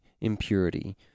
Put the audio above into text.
Impurity